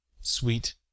Sweet